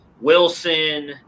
Wilson